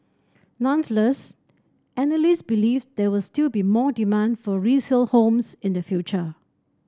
nonetheless analysts believe there will still be more demand for resale homes in the future